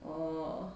orh